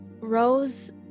Rose